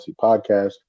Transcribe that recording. podcast